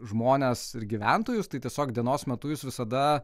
žmones ir gyventojus tai tiesiog dienos metu jūs visada